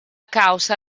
causa